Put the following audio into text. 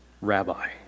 Rabbi